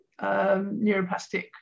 neuroplastic